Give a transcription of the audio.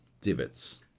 divots